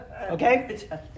okay